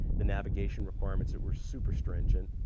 the navigation requirements that were super stringent,